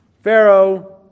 Pharaoh